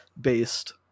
based